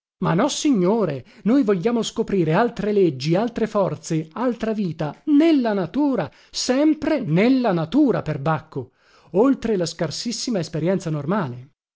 natura ma nossignore noi vogliamo scoprire altre leggi altre forze altra vita nella natura sempre nella natura perbacco oltre la scarsissima esperienza normale